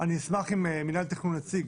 אני אשמח אם מינהל התכנון יציג.